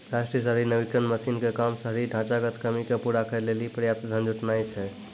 राष्ट्रीय शहरी नवीकरण मिशन के काम शहरी ढांचागत कमी के पूरा करै लेली पर्याप्त धन जुटानाय छै